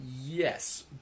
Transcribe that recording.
yes